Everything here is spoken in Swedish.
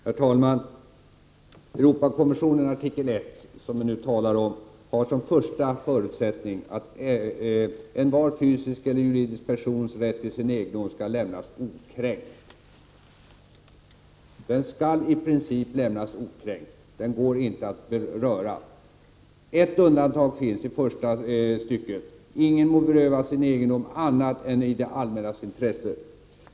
Herr talman! I Europakonventionens tilläggsprotokoll artikel 1 står som första förutsättning: ”Envar fysisk eller juridisk persons rätt till sin egendom skall lämnas okränkt”. Egendom skall i princip lämnas okränkt, och den går inte att röra. Det finns ett undantag som nämns i första stycket: ”Ingen må berövas sin egen dom annat än i det allmännas intresse”.